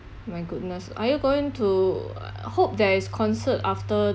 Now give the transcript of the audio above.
my goodness are you going to hope there is concert after